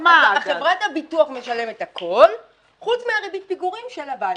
חברת הביטוח משלמת הכל חוץ מריבית הפיגורים של הבית.